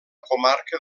comarca